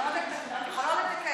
חברת הכנסת, את יכולה לתקן.